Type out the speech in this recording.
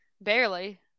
Barely